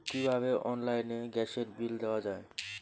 কিভাবে অনলাইনে গ্যাসের বিল দেওয়া যায়?